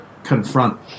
Confront